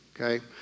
okay